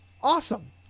awesome